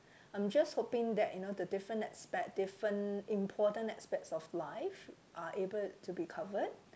I'm just hoping that you know the different aspect different important aspects of life are able to be covered